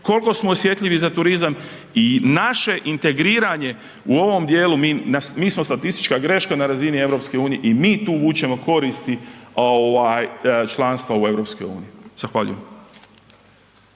koliko smo osjetljivi za turizam i naše integriranje u ovom djelu, mi smo statistička greška na razini EU-a i mi tu vučemo koristi članstva u EU-u. Zahvaljujem.